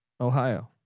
Ohio